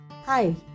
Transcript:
Hi